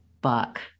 Buck